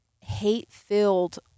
hate-filled